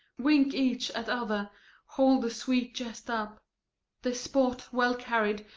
wink each at other hold the sweet jest up this sport, well carried,